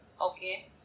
okay